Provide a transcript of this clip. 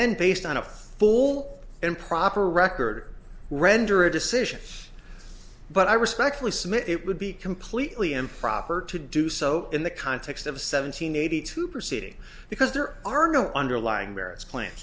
then based on a full and proper record render a decision but i respectfully submit it would be completely improper to do so in the context of seven hundred eighty two proceeding because there are no underlying merits plan